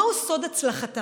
מהו סוד הצלחתה?